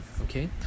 Okay